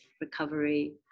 recovery